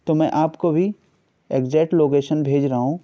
تو میں آپ کو بھی ایکزیٹ لوکیشن بھیج رہا ہوں